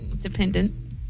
dependent